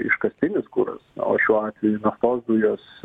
iškastinis kuras o šiuo atveju naftos dujos